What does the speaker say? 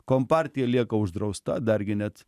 kompartija lieka uždrausta dargi net